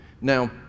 Now